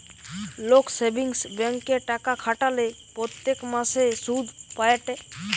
লোক সেভিংস ব্যাঙ্কে টাকা খাটালে প্রত্যেক মাসে সুধ পায়েটে